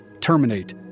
terminate